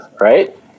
right